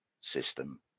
system